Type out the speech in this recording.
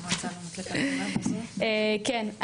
כן,